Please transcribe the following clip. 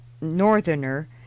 Northerner